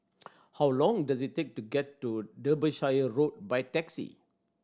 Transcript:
how long does it take to get to Derbyshire Road by taxi